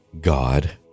God